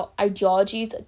ideologies